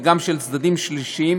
וגם של צדדים שלישיים,